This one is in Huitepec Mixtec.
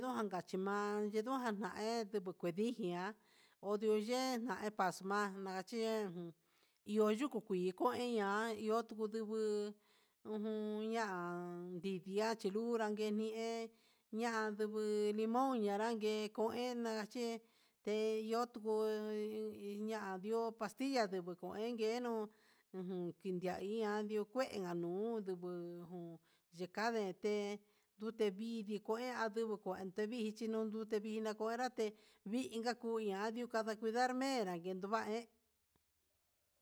Nunka kachiman ndenunka na'e ndibuki ji iha onduyena hé pasma'a nakachi jun iho yuku kuii iha hi ña'a iho ndubuu ndubuu, un ndiaan ninia chilu'u unraguen ñe'e ña'a ngu limón ñanrá yangue kena'a chí nde iho tuku ña'a ndio pastilla ndebuke he kenuu, unkinda iha ndió kuenka nuu ndunguu ndekandi té, ndute vidii kué anduu tukuante iin chudutevina ngaraté vinka kuña'a ndi'ó kada cuidarme nagueron va'a ne'e.